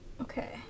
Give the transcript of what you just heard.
Okay